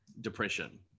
depression